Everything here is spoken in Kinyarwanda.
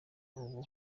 ubu